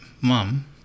mom